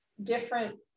different